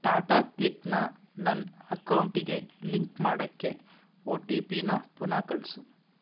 ಟಾಟಾ ಕ್ಲಿಕ್ನ ನನ್ನ ಅಕೌಂಟಿಗೆ ಲಿಂಕ್ ಮಾಡೋಕ್ಕೆ ಓ ಟಿ ಪಿ ನ ಪುನಃ ಕಳಿಸು